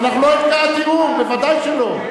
אנחנו לא ערכאת ערעור, בוודאי שלא.